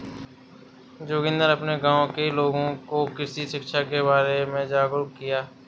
जोगिंदर अपने गांव के लोगों को कृषि शिक्षा के बारे में जागरुक किया